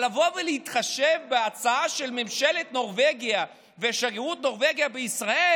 אבל לבוא ולהתחשב בהצעה של ממשלת נורבגיה ושגרירות נורבגיה בישראל,